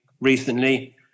recently